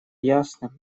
ясно